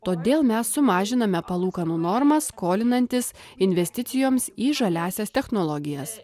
todėl mes sumažiname palūkanų normą skolinantis investicijoms į žaliąsias technologijas